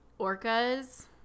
orcas